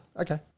Okay